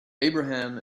abraham